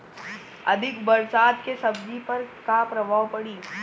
अधिक बरसात के सब्जी पर का प्रभाव पड़ी?